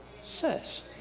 says